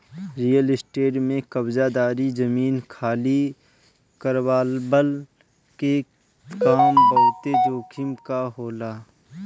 real estate में कब्ज़ादारी, जमीन खाली करववला के काम बहुते जोखिम कअ होला